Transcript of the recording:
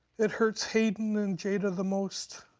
it hurts haiden and jaida the most.